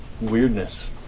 Weirdness